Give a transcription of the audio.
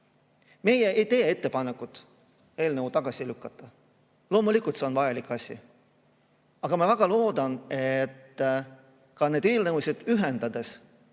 anna. Meie ei tee ettepanekut eelnõu tagasi lükata. Loomulikult see on vajalik asi. Aga ma väga loodan, et me neid eelnõusid ühendades